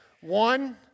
one